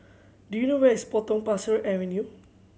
do you know where is Potong Pasir Avenue